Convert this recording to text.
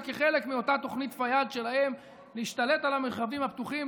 כחלק מאותה תוכנית פיאד שלהם להשתלט על המרחבים הפתוחים,